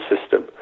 system